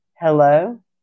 hello